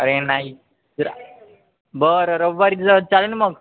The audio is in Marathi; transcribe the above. अरे नाही जरा बरं रविवारी तर चालेल मग